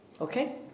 Okay